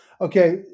okay